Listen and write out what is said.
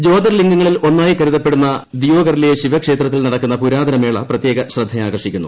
ജ്യോതിർലിംഗങ്ങളിലൊന്നായി കരുതപ്പെടുന്ന ദിയോഗറിലെ ശിവക്ഷേത്രത്തിൽ നടക്കുന്ന പുരാതന മേള പ്രത്യേക ശ്രദ്ധയാകർഷിക്കുന്നു